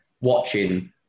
watching